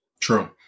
True